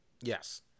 Yes